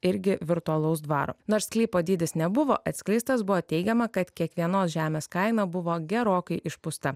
irgi virtualaus dvaro nors sklypo dydis nebuvo atskleistas buvo teigiama kad kiekvienos žemės kaina buvo gerokai išpūsta